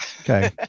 Okay